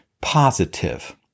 positive